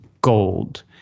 gold